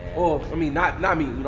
or i mean, not not me.